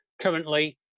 currently